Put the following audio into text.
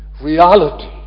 reality